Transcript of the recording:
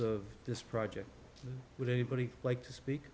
of this project with anybody like to speak